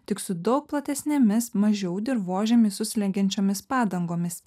tik su daug platesnėmis mažiau dirvožemyje susilenkenčiomis padangomis